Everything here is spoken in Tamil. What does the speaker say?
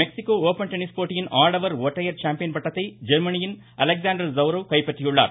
மெக்ஸிகோ ஓப்பன் டென்னிஸ் போட்டியின் ஆடவர் ஒற்றையர் சாம்பியன் பட்டத்தை ஜெர்மனியின் அலெக்ஸாண்டர் ஸெவ்ரவ் கைப்பற்றியுள்ளார்